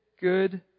good